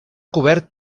cobert